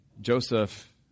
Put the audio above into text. Joseph